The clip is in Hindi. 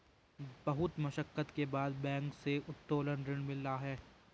बहुत मशक्कत के बाद बैंक से उत्तोलन ऋण मिला है